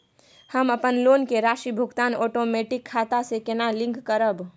हम अपन लोन के राशि भुगतान ओटोमेटिक खाता से केना लिंक करब?